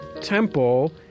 temple